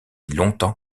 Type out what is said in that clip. longtemps